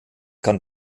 kann